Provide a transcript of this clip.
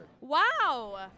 Wow